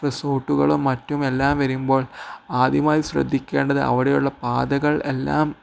റിസോർട്ടുകളും മറ്റും എല്ലാം വരുമ്പോൾ ആദ്യമായി ശ്രദ്ധിക്കേണ്ടത് അവിടെയുള്ള പാതകൾ എല്ലാം